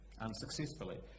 unsuccessfully